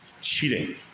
cheating